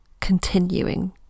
continuing